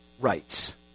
rights